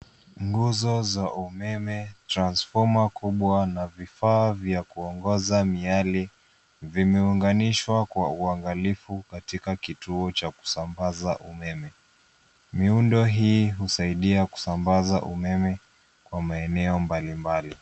Nguzo za umeme, transfoma kubwa, na vifaa vya kuongoza miale, vimeunganishwa kwa uangalifu katika kituo cha kusambaza umeme. Miundo hii husaidia kusambaza umeme, kwa maeneo mbalimbali.